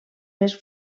més